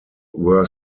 were